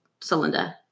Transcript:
cylinder